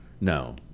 No